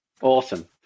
Awesome